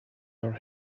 our